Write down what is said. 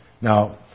Now